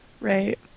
Right